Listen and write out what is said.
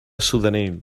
sudanell